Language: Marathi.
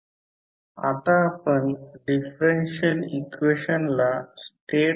म्हणून हे बरोबर आहे की नाही ते तपासा हे सर्व बरोबर आहे परंतु हे दिले गेले आहे का ते तपासा